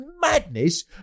madness